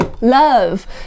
love